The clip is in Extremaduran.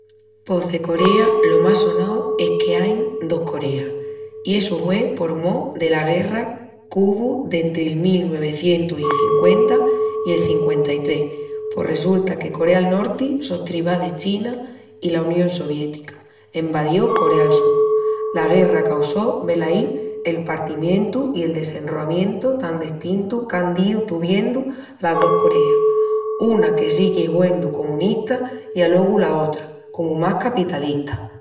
Pos de Corea lo más sonau es qu'ain dos Coreas, i essu hue por mó dela guerra qu'uvu dentri'l mil nuevecientus i cinqüenta i el cinqüenta-i-tres. Pos resulta que Corea'l Norti, sostribá de China i la Unión Soviética, envadió Corea'l Sul. La guerra causó velaí el partimientu i el desenroamiento tan destintu qu'án díu tuviendu las dos Coreas, una que sigui huendu comunista i alogu la otra, comu más capitalista.